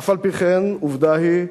אף-על-פי-כן עובדה היא,